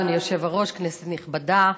אדוני היושב-ראש, כנסת נכבדה,